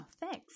thanks